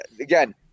again